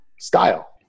style